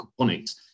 aquaponics